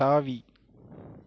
தாவி